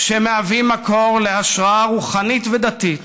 שמהווים מקור להשראה רוחנית ודתית